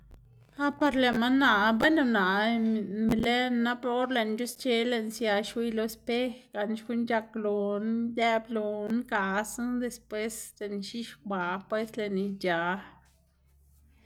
Ah par lëꞌma naꞌ bueno naꞌ be lë nap or lëꞌná c̲h̲usche lëꞌná sia xwiy lo spej gan xkuꞌn c̲h̲ak loná, idëꞌb loná gasná después lëꞌná ix̱ixkwaꞌ pues, lëꞌná ic̲h̲a.